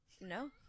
No